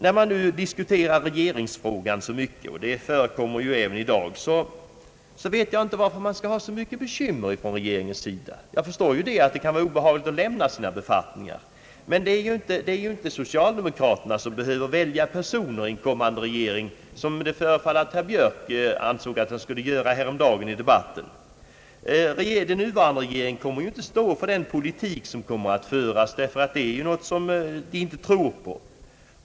När regeringsfrågan nu diskuterats så mycket — så är fallet även i dag — vet jag inte varför regeringen har så stora bekymmer. Jag förstår givetvis att det kan vara obehagligt för regeringsledamöter att lämna sina befattningar. Men det är ju inte socialdemokraterna som behöver välja personer i en kommande regering, vilket det av debatten häromdagen föreföll att herr Björk trodde. Den nuvarande regeringen kommer ju inte att stå för den politik som då kommer att föras, ty det är något som de inte tror på.